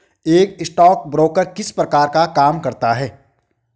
एक स्टॉकब्रोकर किस प्रकार का काम करता है?